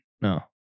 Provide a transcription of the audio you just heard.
No